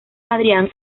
adrian